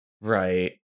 Right